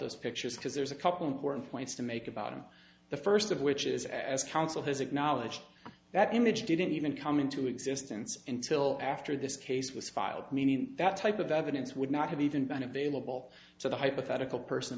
those pictures because there's a couple important points to make about it the first of which is as counsel has acknowledged that image didn't even come into existence until after this case was filed meaning that type of evidence would not have even been available so the hypothetical person